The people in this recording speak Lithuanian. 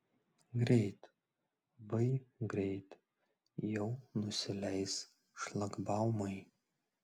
greit vai greit jau nusileis šlagbaumai